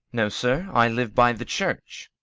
no, sir, i live by the church.